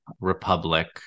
republic